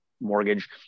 mortgage